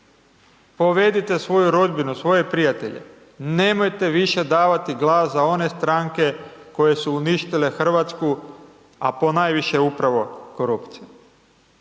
povedite svoju rodbinu, svoje prijatelje, nemojte više davati glas za one stranke koje su uništile RH, a ponajviše upravo korupcija.